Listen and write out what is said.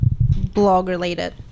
blog-related